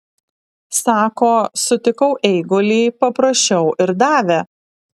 sako sutikau eigulį paprašiau ir davė